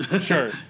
sure